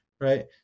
Right